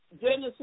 Genesis